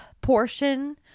portion